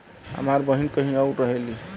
हमार बहिन कहीं और रहेली